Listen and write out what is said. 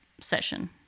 session